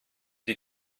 die